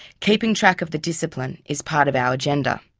keeping track of the discipline is part of our agenda.